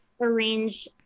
arrange